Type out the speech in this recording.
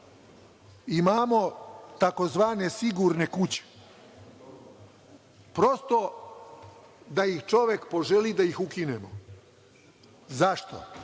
Imamo tzv. sigurne kuće. Prosto da čovek poželi da ih ukinemo. Zašto?